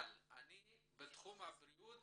אבל בתחום הבריאות